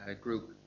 group